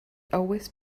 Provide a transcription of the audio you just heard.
always